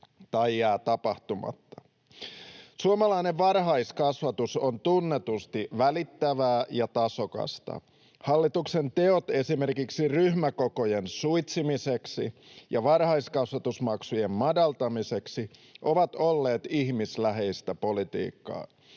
tai jää tapahtumatta. Suomalainen varhaiskasvatus on tunnetusti välittävää ja tasokasta. Hallituksen teot esimerkiksi ryhmäkokojen suitsimiseksi ja varhaiskasvatusmaksujen madaltamiseksi ovat olleet ihmisläheistä politiikkaa.